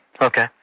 Okay